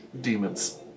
demons